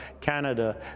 Canada